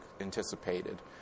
anticipated